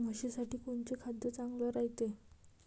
म्हशीसाठी कोनचे खाद्य चांगलं रायते?